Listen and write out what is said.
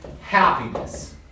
happiness